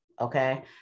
okay